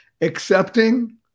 accepting